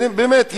באמת,